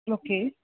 okay